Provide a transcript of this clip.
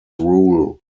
rule